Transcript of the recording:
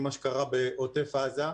עם מה שקרה בעוטף עזה.